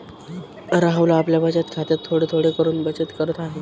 राहुल आपल्या बचत खात्यात थोडे थोडे करून बचत करत आहे